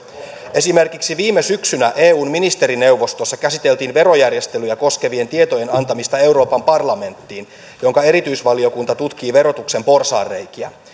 esimerkiksi viime syksynä eun ministerineuvostossa käsiteltiin verojärjestelyjä koskevien tietojen antamista euroopan parlamenttiin jonka erityisvaliokunta tutkii verotuksen porsaanreikiä